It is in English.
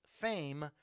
fame